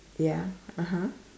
ya (uh huh)